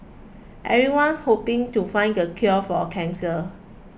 everyone hoping to find the cure for cancer